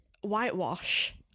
whitewash